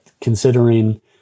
considering